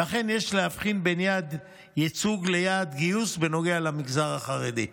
וכן יש להבחין בין יעד ייצוג ליעד גיוס בנוגע למגזר החרדי.